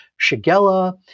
Shigella